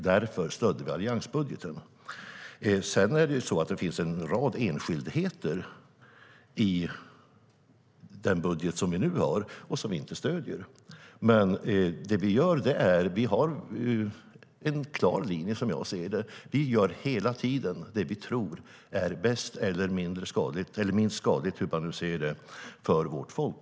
Därför stödde vi alliansbudgeten. Sedan finns det en rad enskildheter i den budget som vi nu har som vi inte stöder.